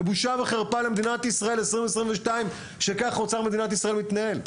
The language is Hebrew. זה בושה וחרפה למדינת ישראל ב-2022 שכך אוצר מדינת ישראל מתנהל,